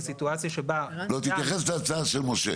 לא, תתייחס להצעה של משה.